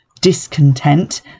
discontent